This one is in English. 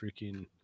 freaking